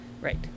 Right